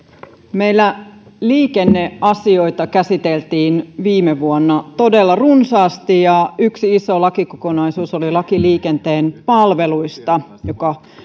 meillä liikenneasioita käsiteltiin viime vuonna todella runsaasti ja yksi iso lakikokonaisuus oli laki liikenteen palveluista joka